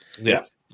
Yes